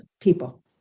people